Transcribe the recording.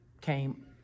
came